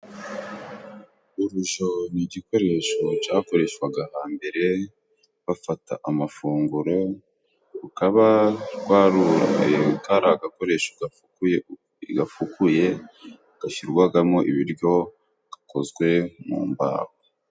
Urujyo ni igikoresho cyakoreshwaga hambere bafata amafunguro, rukaba Kari agakoresho gafukuye gafukuye gashyirwagamo ibiryo gakozwe mu mbaho.